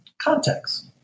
context